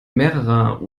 mehrerer